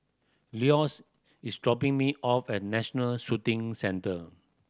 Leonce is dropping me off at National Shooting Centre